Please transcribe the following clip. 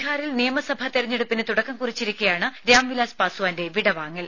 ബീഹാറിൽ നിയമസഭാ തിരഞ്ഞെടുപ്പിന് തുടക്കം കുറിച്ചിരിക്കെയാണ് രാംവിലാസ് പസ്വാന്റെ വിടവാങ്ങൽ